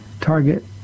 target